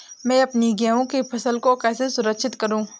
मैं अपनी गेहूँ की फसल को कैसे सुरक्षित करूँ?